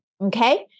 okay